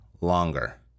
longer